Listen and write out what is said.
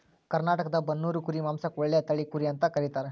ಕರ್ನಾಟಕದ ಬನ್ನೂರು ಕುರಿ ಮಾಂಸಕ್ಕ ಒಳ್ಳೆ ತಳಿ ಕುರಿ ಅಂತ ಕರೇತಾರ